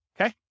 Okay